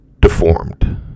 deformed